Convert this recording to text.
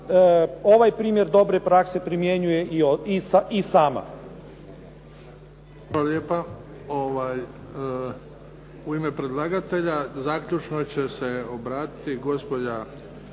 ovaj primjer dobre prakse primjenjuje i sama.